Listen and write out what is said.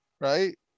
right